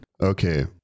Okay